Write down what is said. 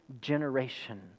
generation